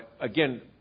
Again